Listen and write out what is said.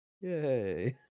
Yay